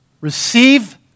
Receive